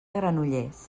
granollers